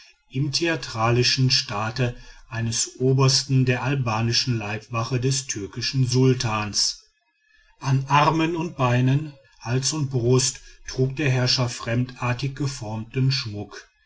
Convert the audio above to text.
im theatralischen staat eines obersten der albanischen leibwache des türkischen sultans könig munsa im vollen ornat an armen und beinen hals und brust trug der herrscher fremdartig geformten schmuck